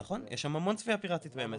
נכון, יש שם המון צפייה פיראטית באמת.